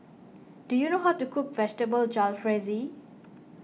do you know how to cook Vegetable Jalfrezi